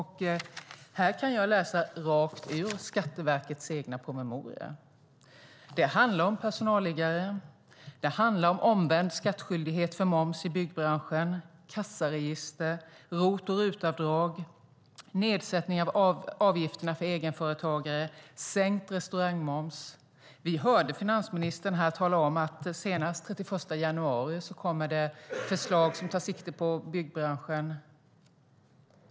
Här kan jag läsa rakt ur Skatteverkets egen promemoria. Det handlar om personalliggare, omvänd skattskyldighet när det gäller moms i byggbranschen, kassaregister, ROT och RUT-avdrag, nedsättning av avgifterna för egenföretagare och sänkt restaurangmoms. Vi hörde finansministern tala om att det senast den 31 januari kommer förslag som tar sikte på byggbranschen.